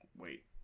Wait